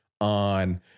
on